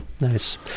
nice